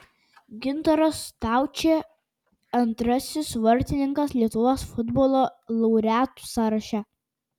gintaras staučė antrasis vartininkas lietuvos futbolo laureatų sąraše